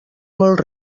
molt